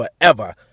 forever